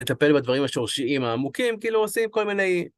לטפל בדברים השורשיים העמוקים, כאילו עושים כל מיני...